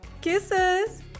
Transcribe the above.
Kisses